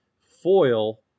foil